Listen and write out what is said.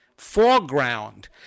Foreground